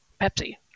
pepsi